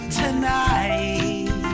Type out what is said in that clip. tonight